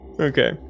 Okay